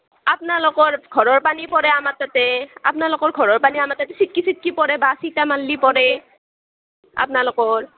আপ্নালোকৰ ঘৰৰ পানী পৰে আমাৰ তাতে আপ্নালোকৰ ঘৰৰ পানী আমাৰ তাতে চিট্কি চিট্কি পৰে বা চিটা মাৰলি পৰে আপনালোকৰ